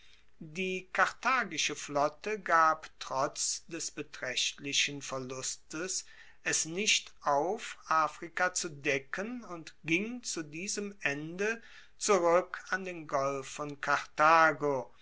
die karthagische flotte gab trotz des betraechtlichen verlustes es nicht auf afrika zu decken und ging zu diesem ende zurueck an den golf von karthago